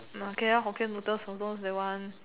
okay Hokkien noodles also that one